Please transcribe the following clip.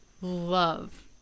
love